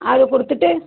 அது கொடுத்துட்டு